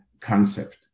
concept